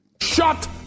Shut